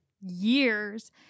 years